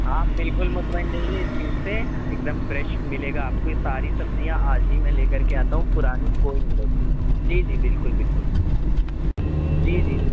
آپ بالکل مطمئن رہیے اِس چیز سے ایک دم فریش مِلے گا آپ کو یہ ساری سبزیاں آج ہی میں لے کر کے آتا ہوں پرانی کوئی نہیں رکھ جی جی بالکل بالکل جی جی